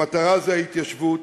המטרה זה ההתיישבות,